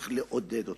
וצריך לעודד אותם.